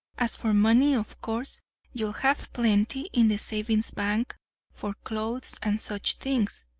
as for money of course you'll have plenty in the savings-bank for clothes and such things.